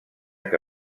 que